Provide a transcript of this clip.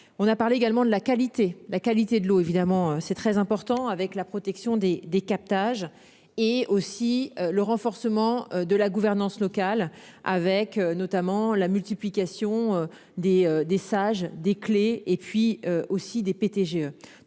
On a parlé également de la qualité, la qualité de l'eau évidemment, c'est très important avec la protection des des captages, et aussi le renforcement. De la gouvernance locale avec notamment la multiplication des des sages des clés et puis aussi des GE,